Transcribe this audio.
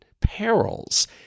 perils